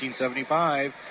1975